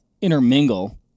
intermingle